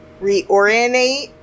reorientate